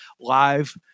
live